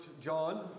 John